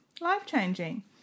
Life-changing